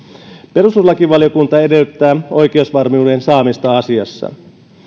perustuslakivaliokunta edellyttää oikeusvarmuuden saamista asiassa